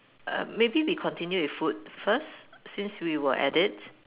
err maybe we continue with food first since we were at it